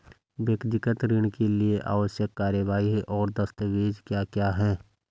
व्यक्तिगत ऋण के लिए आवश्यक कार्यवाही और दस्तावेज़ क्या क्या हैं?